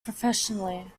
professionally